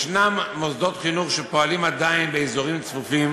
יש מוסדות חינוך שפועלים עדיין באזורים צפופים,